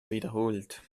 wiederholt